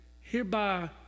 hereby